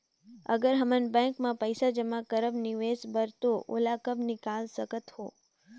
अगर हमन बैंक म पइसा जमा करब निवेश बर तो ओला कब निकाल सकत हो?